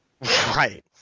Right